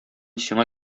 сиңа